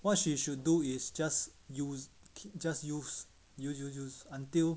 what she should do is just use just use use use use until